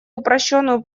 упрощенную